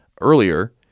earlier